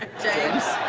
james.